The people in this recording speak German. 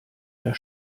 der